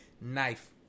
knife